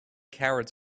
cowards